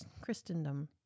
Christendom